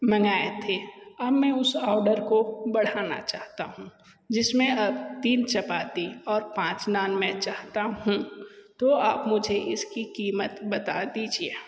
मंगाए थे अब मैं उस ऑर्डर को बढ़ाना चाहता हूँ जिसमें तीन चपाती और पाँच नान मैं चाहता हूँ तो आप मुझे इसकी क़ीमत बता दीजिए